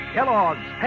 Kellogg's